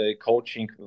coaching